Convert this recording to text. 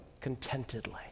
contentedly